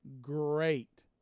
great